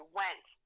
went